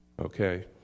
Okay